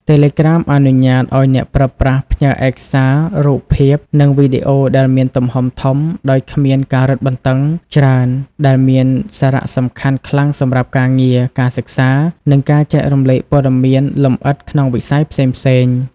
តេឡេក្រាមអនុញ្ញាតឱ្យអ្នកប្រើប្រាស់ផ្ញើឯកសារ រូបភាព និងវីដេអូដែលមានទំហំធំ ដោយគ្មានការរឹតបន្តឹងច្រើន ដែលមានសារៈសំខាន់ខ្លាំងសម្រាប់ការងារ ការសិក្សា និងការចែករំលែកព័ត៌មានលម្អិតក្នុងវិស័យផ្សេងៗ។